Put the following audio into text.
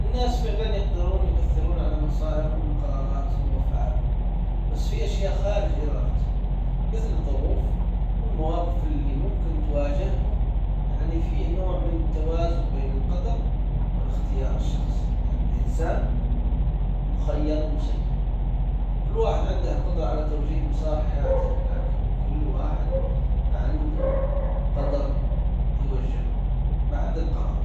الناس فعلا يقدرون يؤثرون على مصائرهم بقراراتهم وافعالهم بس في اشياء خارج ارادتهم مثل الظروف والمواقف اللي ممكن تواجههم يعني فيه نوع من التوازن بين القدر ولاختيار الشخصي يعني الانسان مخير ومصير كل واحد عنده قدرة على توجيه مسار حياته لكن كل واحد عنده قدر يوجهه بعد القرار.